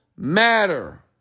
Matter